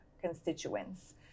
constituents